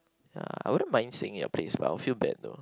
ya I wouldn't mind staying at your place but I'll feel bad though